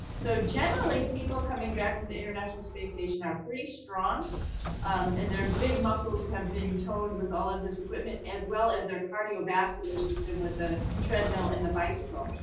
so generally people coming back from the international space station are pretty strong and their big muscles have been toned with all of this equipment, as well as their cardiovascular system with the treadmill and the bicycle.